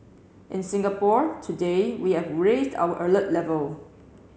in Singapore today we have raised our alert level